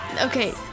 Okay